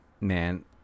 man